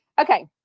Okay